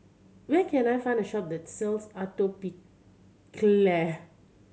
where can I find a shop that sells Atopiclair